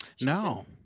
No